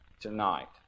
tonight